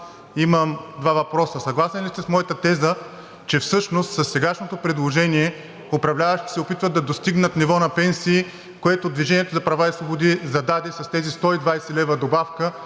имам два въпроса: съгласен ли сте с моята теза, че всъщност със сегашното предложение управляващите се опитват да достигнат ниво на пенсии, което „Движение за права и свободи“ зададе с тези 120 лв. добавка,